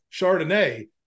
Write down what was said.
Chardonnay